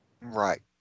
Right